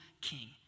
king